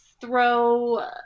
throw